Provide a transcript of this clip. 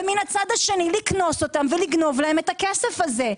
ומהצד השני לקנוס אותם ולגנוב להם את הכסף הזה.